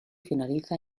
finaliza